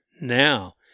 Now